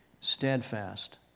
steadfast